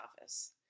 office